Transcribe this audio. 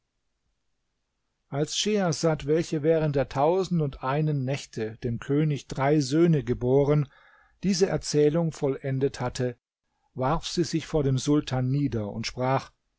als schehersad welche während der tausend und einen nächte dem könig drei söhne geboren diese erzählung vollendet hatte warf sie sich vor dem sultan nieder und sprach